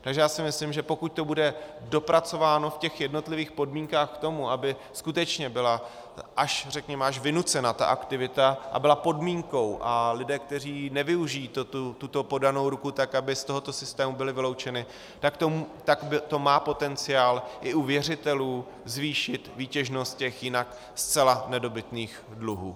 Takže já si myslím, že pokud to bude dopracováno v jednotlivých podmínkách k tomu, aby skutečně byla až, řekněme, vynucena ta aktivita a byla podmínkou, a lidé, kteří nevyužijí tuto podanou ruku, tak aby z tohoto systému byli vyloučeni, tak to má potenciál i u věřitelů zvýšit výtěžnost těch jinak zcela nedobytných dluhů.